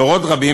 דורות רבים,